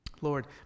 Lord